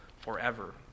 forever